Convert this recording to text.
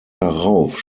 darauf